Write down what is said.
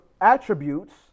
attributes